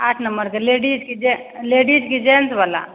आठ नम्बरके लेडिज कि जे लेडिज कि जेन्ट्सवला